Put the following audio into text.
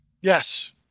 Yes